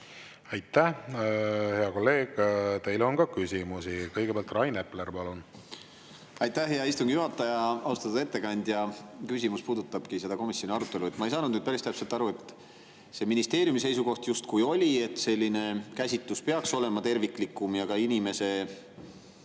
Aitäh! Hea kolleeg, teile on ka küsimusi. Kõigepealt Rain Epler, palun! Aitäh, hea istungi juhataja! Austatud ettekandja! Küsimus puudutab komisjoni arutelu, ma ei saanud päris täpselt aru. Ministeeriumi seisukoht justkui oli, et selline käsitlus peaks olema terviklikum ja ka inimese